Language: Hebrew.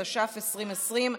התש"ף 2020,